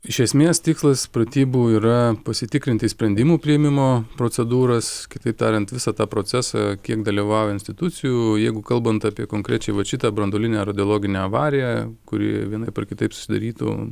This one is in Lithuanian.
iš esmės tikslas pratybų yra pasitikrinti sprendimų priėmimo procedūras kitaip tariant visą tą procesą kiek dalyvavo institucijų jeigu kalbant apie konkrečiai vat šitą branduolinę radiologinę avariją kuri vienaip ar kitaip susidarytų